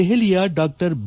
ದೆಹಲಿಯ ಡಾ ಬಿ